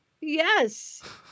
Yes